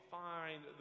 find